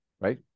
right